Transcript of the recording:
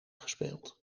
gespeeld